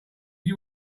you